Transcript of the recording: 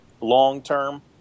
long-term